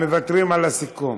מוותרים על הסיכום.